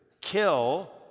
kill